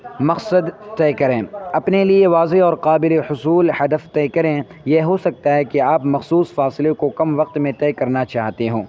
مقصد طے کریں اپنے لیے واضح اور قابل حصول حدف طے کریں یہ ہو سکتا ہے کہ آپ مخصوص فاصلے کو کم وقت میں طے کرنا چاہتے ہوں